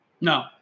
No